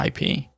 IP